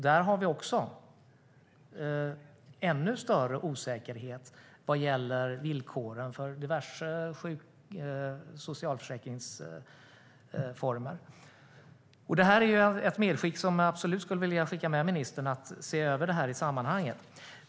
Där har vi ännu större osäkerhet vad gäller villkoren för diverse sjuk och socialförsäkringsformer. Det är ett medskick till ministern jag absolut skulle vilja göra, det vill säga att se över detta i sammanhanget.